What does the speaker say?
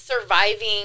surviving